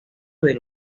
del